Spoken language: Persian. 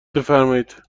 بفرمایید